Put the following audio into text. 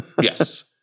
Yes